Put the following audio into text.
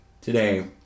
today